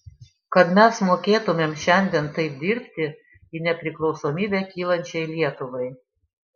kad mes mokėtumėm šiandien taip dirbti į nepriklausomybę kylančiai lietuvai